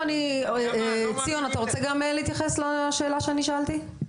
ציון אתה רוצה גם להתייחס לשאלה שאני שאלתי?